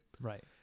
Right